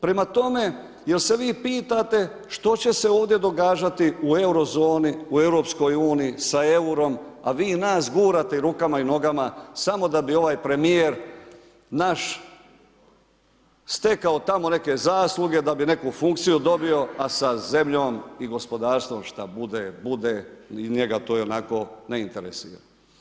Prema tome, jel se vi pitate što će se ovdje događati u Eurozoni, u EU, sa EUR-om, a vi nas gurate i rukama i nogama, samo da bi ovaj premijer naš stekao tamo neke zasluge, da bi neku funkciju dobio, a sa zemljom i gospodarstvom, šta bude, bude, njega to ionako ne interesira.